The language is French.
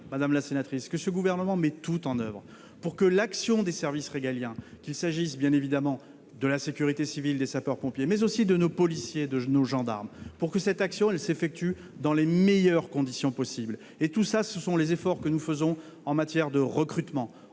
madame la sénatrice, que ce gouvernement met tout en oeuvre pour que l'action des services régaliens, qu'il s'agisse, évidemment, de la sécurité civile, des sapeurs-pompiers, mais aussi de nos policiers et de nos gendarmes, s'effectue dans les meilleures conditions possible. Je pense aux efforts que nous faisons en matière de recrutement,